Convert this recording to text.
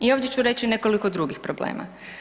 I ovdje ću reći nekoliko drugih problema.